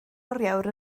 oriawr